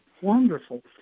Wonderful